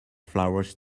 flowers